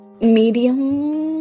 medium